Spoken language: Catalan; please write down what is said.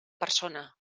persona